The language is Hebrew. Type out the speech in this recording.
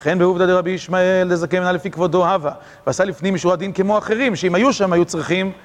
וכן בעובדא דרבי ישמעאל, דזקן ואינו לפי כבודו הוה, ועשה לפנים משורת הדין כמו אחרים, שאם היו שם היו צריכים